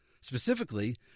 specifically